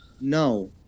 No